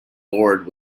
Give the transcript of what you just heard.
lord